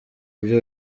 ibyo